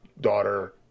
daughter